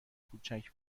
کوچک